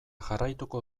jarraituko